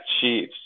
Chiefs